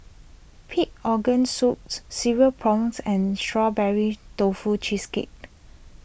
Pig Organ Soups Cereal Prawns and Strawberry Tofu Cheesecake